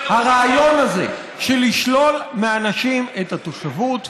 הרעיון הזה של לשלול מאנשים את התושבות,